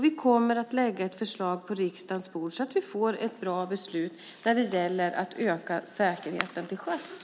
Vi kommer att lämna ett förslag till riksdagen, så att vi får ett bra beslut när det gäller att öka säkerheten till sjöss.